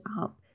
up